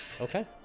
okay